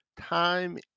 time